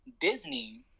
Disney